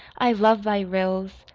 i love thy rills,